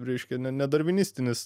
reiškia ne ne darvinistinis